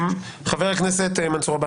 חבר הכנסת מנסור עבאס.